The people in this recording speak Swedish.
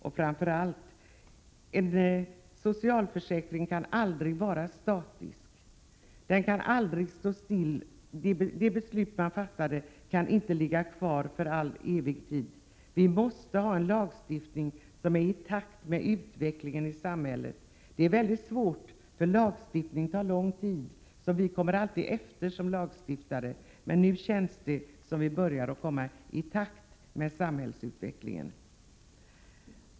En socialförsäkring kan aldrig vara statisk. Det beslut man en gång fattat kan aldrig gälla för evig tid. Vi måste ha en förändring av lagstiftningen i takt med utvecklingen i samhället. Detta är väldigt svårt, eftersom lagstiftningsarbetet tar lång tid. Som lagstiftare kommer vi alltid på efterkälken, men nu känns det som om vi börjar komma ikapp utvecklingen.